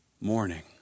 morning